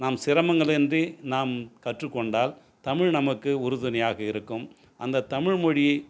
நாம் சிரமங்களின்றி நாம் கற்றுக்கொண்டால் தமிழ் நமக்கு உறுதுணையாக இருக்கும் அந்த தமிழ் மொழியை